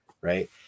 right